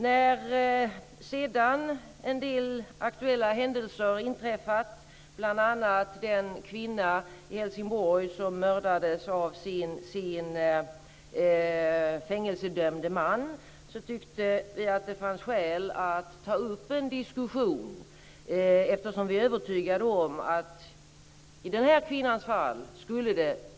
När sedan en del aktuella händelser har inträffat, bl.a. med den kvinna i Helsingborg som mördades av sin fängelsedömde man, tyckte vi att det fanns skäl att ta upp en diskussion, eftersom vi är övertygade om att det i den här kvinnans fall